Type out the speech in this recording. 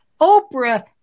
Oprah